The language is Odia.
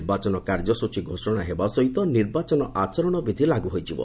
ନିର୍ବାଚନ କାର୍ଯ୍ୟସ୍ଚଚୀ ଘୋଷଣା ହେବା ସହିତ ନିର୍ବାଚନ ଆଚରଣ ବିଧି ଲାଗୁ ହୋଇଯିବ